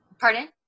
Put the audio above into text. pardon